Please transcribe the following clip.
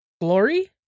glory